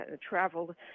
traveled